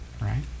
right